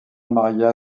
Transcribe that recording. maria